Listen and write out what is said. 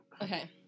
Okay